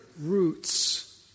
roots